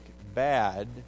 bad